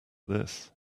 this